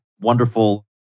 wonderful